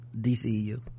dcu